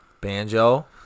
Banjo